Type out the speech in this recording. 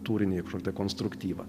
tūriniai šalti konstruktyvų